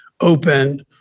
open